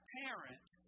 parent